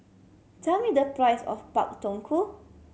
tell me the price of Pak Thong Ko